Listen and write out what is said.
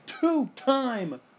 two-time